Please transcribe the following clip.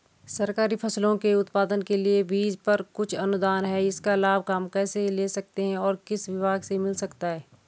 सरकारी फसलों के उत्पादन के लिए बीज पर कुछ अनुदान है इसका लाभ हम कैसे ले सकते हैं और किस विभाग से मिल सकता है?